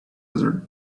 desert